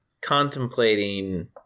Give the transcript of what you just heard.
contemplating